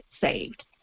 saved